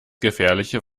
gefährliche